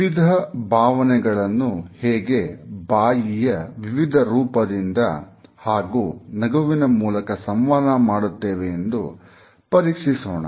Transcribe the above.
ವಿವಿಧ ಭಾವನೆಗಳನ್ನು ಹೇಗೆ ಬಾಯಿಯ ವಿವಿಧ ರೂಪದಿಂದ ಹಾಗೂ ನಗುವಿನ ಮೂಲಕ ಸಂವಹನ ಮಾಡುತ್ತೇವೆ ಎಂದು ಪರೀಕ್ಷಿಸೋಣ